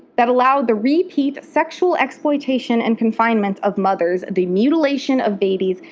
that allow the repeat sexual exploitation and confinement of mothers, the mutilation of babies,